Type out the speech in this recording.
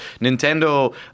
Nintendo